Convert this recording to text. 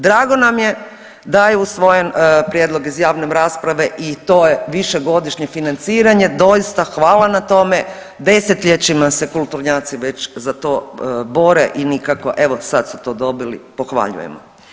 Drago nam je da je usvojen prijedlog iz javne rasprave i to je višegodišnje financiranje, doista hvala na tome, desetljećima se kulturnjaci već za to bore i nikako, evo sad su to dobili, pohvaljujem.